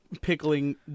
pickling